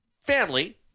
family